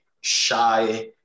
shy